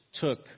took